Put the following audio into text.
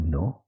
No